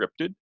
scripted